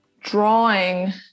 drawing